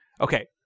Okay